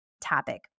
topic